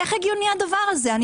איך הדבר הזה הגיוני?